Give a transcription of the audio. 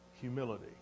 humility